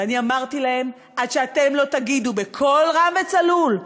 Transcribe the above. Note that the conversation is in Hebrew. ואני אמרתי להם, עד שאתם לא תגידו בקול רם וצלול: